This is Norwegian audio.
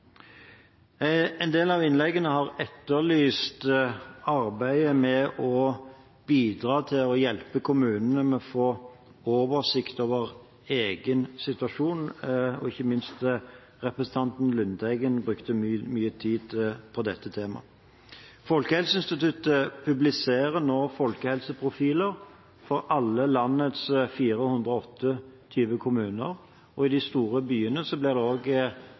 En del av innleggene har etterlyst arbeidet med å bidra til å hjelpe kommunene med å få oversikt over egen situasjon. Ikke minst representanten Lundteigen brukte mye tid på dette temaet. Folkehelseinstituttet publiserer nå folkehelseprofiler for alle landets 428 kommuner, og i de store byene blir det